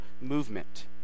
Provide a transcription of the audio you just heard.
movement